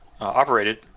operated